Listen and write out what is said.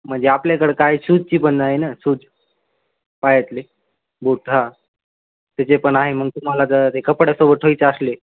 म्हणजे आपल्याकडं काय शूजची पण आहे ना शूज पायातले बुठ हा त्याचे पण आहे मग तुम्हाला जर ते कपड्यासोबत ठेवायचे असले